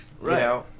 Right